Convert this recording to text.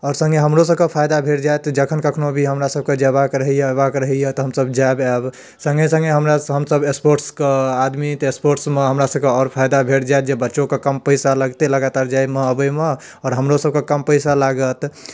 आओर सङ्गे हमरोसभके फाइदा भेटि जाएत जखन कखनहु भी हमरासभके जेबाक रहैए अएबाक रहैए तऽ हमसभ जाएब आएब सङ्गे सङ्गे हमरा हमसभ स्पोर्ट्सके आदमी तऽ स्पोर्ट्समे हमरासभके आओर फाइदा भेटि जाएत जे बच्चोके कम पइसा लगतै लगातार जाइमे अबैमे आओर हमरोसभके कम पइसा लागत